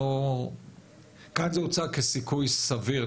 כאן זה הוצג כסיכוי סביר,